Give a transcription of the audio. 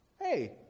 Hey